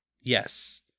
Yes